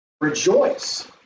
Rejoice